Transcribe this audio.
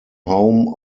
home